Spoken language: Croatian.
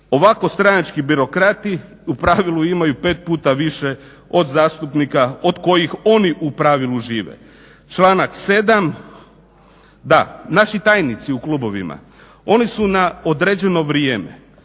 Ovako stranački birokrati u pravilu imaju pet puta više od zastupnika od kojih oni u pravilu žive. Članak 7., naši tajnici u klubovima, oni su na određeno vrijeme.